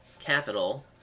Capital